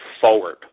forward